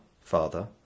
Father